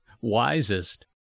wisest